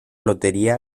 lotería